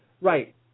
Right